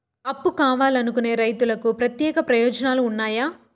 అప్పు కావాలనుకునే రైతులకు ప్రత్యేక ప్రయోజనాలు ఉన్నాయా?